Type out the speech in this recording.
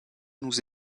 nous